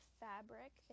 fabric